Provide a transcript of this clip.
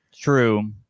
True